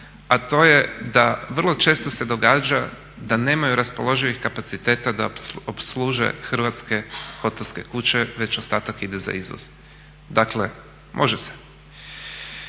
a to je da vrlo često se događa da nemaju raspoloživih kapaciteta da opsluže hrvatske hotelske kuće već ostatak ide za izvoz. Dakle može se.